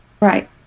right